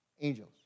Angels